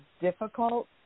difficult